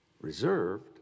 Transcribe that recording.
reserved